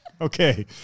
okay